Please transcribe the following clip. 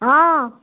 অঁ